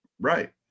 right